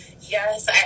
Yes